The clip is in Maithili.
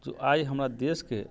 आइ हमरा देशके